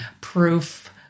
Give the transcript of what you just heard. proof